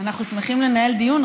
אנחנו שמחים לנהל דיון,